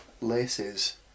Lace's